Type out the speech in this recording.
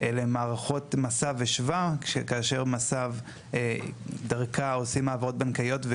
אלה מערכות מסב ושבא כאשר מסב דרכה עושים העברות בנקאיות,